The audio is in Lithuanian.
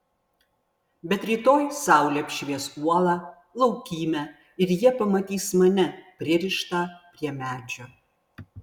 bet rytoj saulė apšvies uolą laukymę ir jie pamatys mane pririštą prie medžio